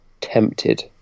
tempted